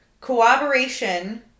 cooperation